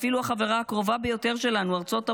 אפילו החברה הקרובה ביותר שלנו, ארצות הברית,